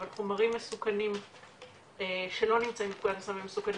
אבל חומרים מסוכנים שלא נמצאים בפקודת הסמים המסוכנים,